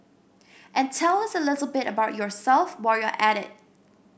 and tell us a little bit about yourself while you're at it